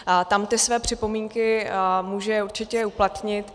A tam ty své připomínky může určitě uplatnit.